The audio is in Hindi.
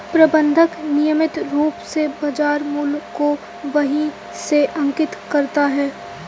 प्रबंधक नियमित रूप से बाज़ार मूल्य को बही में अंकित करता है